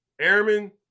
airmen